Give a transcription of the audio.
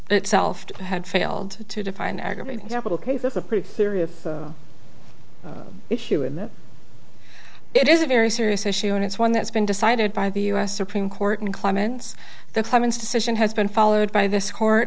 itself to have failed to define aggravating capital cases a pretty serious issue in that it is a very serious issue and it's one that's been decided by the u s supreme court in clements the clemens decision has been followed by this court